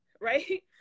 right